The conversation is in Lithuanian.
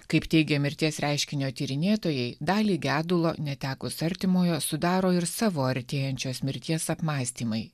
kaip teigia mirties reiškinio tyrinėtojai dalį gedulo netekus artimojo sudaro ir savo artėjančios mirties apmąstymai